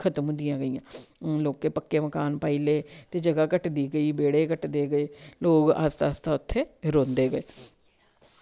खतम होंदियां गेईयां हून लोकें पक्के मकान पाई ले ते जगा कटदी गेई बेह्ड़े कटदे गे लोग आस्ता आस्ता उत्थें रौंह्दो गे